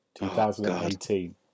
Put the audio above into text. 2018